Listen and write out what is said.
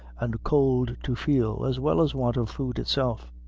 and cold to feel, as well as want of food itself.